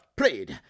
prayed